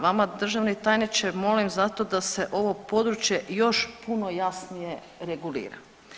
Vama državni tajniče molim zato da se ovo područje još puno jasnije regulira.